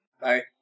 Bye